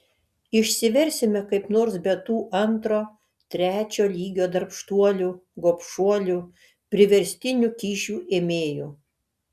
išsiversime kaip nors be tų antro trečio lygio darbštuolių gobšuolių priverstinių kyšių ėmėjų